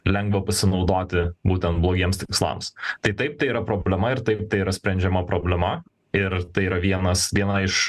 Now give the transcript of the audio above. lengva pasinaudoti būtent blogiems tikslams tai taip tai yra problema ir taip tai yra sprendžiama problema ir tai yra vienas viena iš